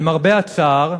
למרבה הצער,